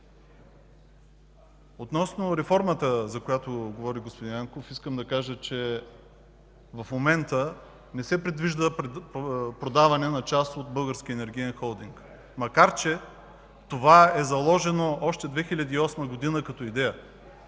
Относно реформата, за която говори господин Янков, искам да кажа, че в момента не се предвижда продаване на част от Българския енергиен холдинг, макар че това е заложено още в 2008 г. като идея,